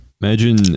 imagine